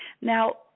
Now